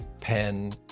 pen